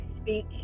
speak